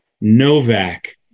Novak